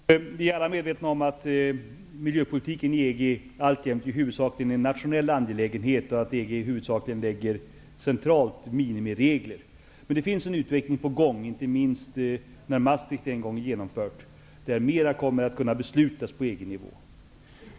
Herr talman! Vi är alla medvetna om att miljöpolitiken inom EG alltjämt i huvudsak är en nationell angelägenhet och att EG i huvudsak fastställer centralt minimiregler. Men nu finns en utveckling på gång, inte minst när Maastrichtavtalet en gång är genomfört, där mera kommer att kunna beslutas på EG-nivå.